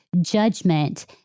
judgment